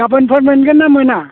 गाबोनफोर मोनगोन ना मोना